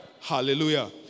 Hallelujah